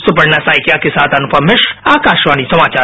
सुपर्णा साइकिया के साथ अनुपम मिश्र आकाशवाणी समाचार